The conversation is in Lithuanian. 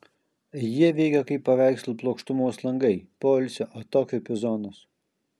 jie veikia kaip paveikslo plokštumos langai poilsio atokvėpio zonos